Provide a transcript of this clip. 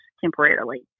temporarily